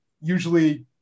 usually